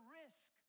risk